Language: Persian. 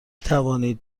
توانید